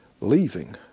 leaving